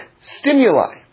stimuli